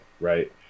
right